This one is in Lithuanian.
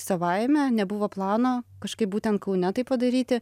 savaime nebuvo plano kažkaip būtent kaune tai padaryti